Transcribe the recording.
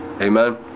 Amen